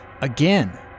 Again